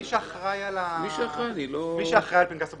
מי שאחראי על פנקס הבוחרים.